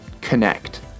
connect